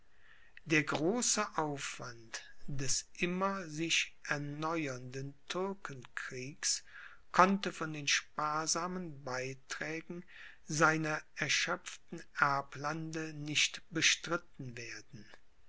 der große aufwand des immer sich erneuernden türkenkriegs konnte von den sparsamen beiträgen seiner erschöpften erblande nicht bestritten werden